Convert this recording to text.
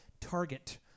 Target